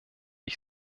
ich